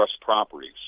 properties